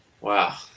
Wow